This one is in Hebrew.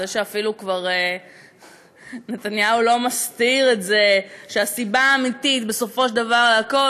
זה שאפילו נתניהו לא מסתיר את זה שהסיבה האמיתית בסופו של דבר לכול,